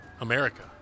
America